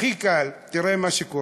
הכי קל, תראה מה שקורה,